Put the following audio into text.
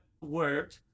word